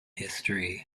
history